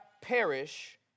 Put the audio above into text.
perish